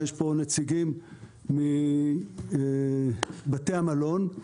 ויש פה נציגים מבתי המלון.